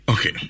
Okay